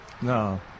no